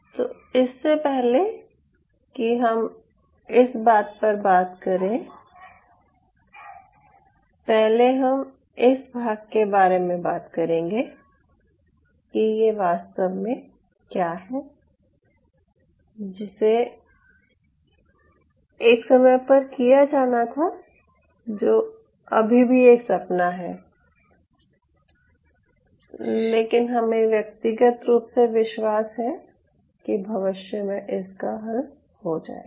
तो इससे पहले कि हम इस पर बात करें पहले हम इस भाग के बारे में बात करेंगे कि ये वास्तव में क्या है जिसे एक समय पर किया जाना था जो अभी भी एक सपना है लेकिन हमें व्यक्तिगत रूप से विश्वास है कि भविष्य में इसका हल हो जाएगा